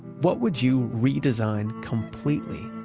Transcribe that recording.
what would you re-design completely?